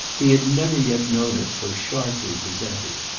he had never yet known it so sharply presented.